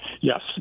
Yes